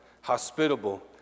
hospitable